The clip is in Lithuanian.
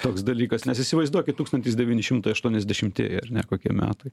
toks dalykas nes įsivaizduokit tūkstantis devyni šimtai aštuoniasdešimtieji ar ne kokie metai